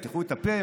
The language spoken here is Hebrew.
יפתחו את הפה,